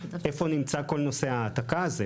איפה נמצא כל נושא ההעתקה הזה,